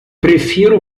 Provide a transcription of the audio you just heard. prefiro